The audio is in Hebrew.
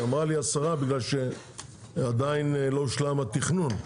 השרה אמרה לי שזה בגלל שעדיין לא הושלם התכנון.